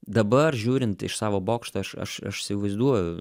dabar žiūrint iš savo bokšto aš aš įsivaizduoju